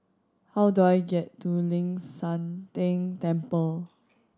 how do I get to Ling San Teng Temple